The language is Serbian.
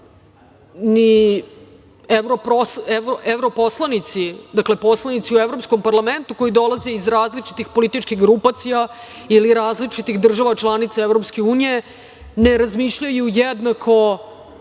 ni evroposlanici, dakle poslanici u Evropskom parlamentu koji dolaze iz različitih političkih grupacija ili različitih država članica EU ne razmišljaju jednako